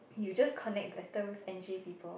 you just connect better with N_J people